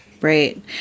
Right